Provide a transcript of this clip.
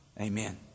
amen